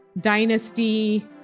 dynasty